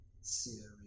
series